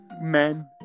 Men